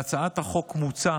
בהצעת החוק מוצע